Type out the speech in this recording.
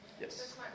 Yes